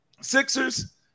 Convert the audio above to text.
Sixers